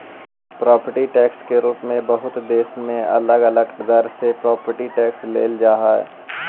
property tax के रूप में बहुते देश में अलग अलग दर से प्रॉपर्टी टैक्स लेल जा हई